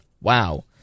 wow